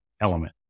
element